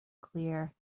clear